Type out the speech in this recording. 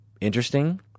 interesting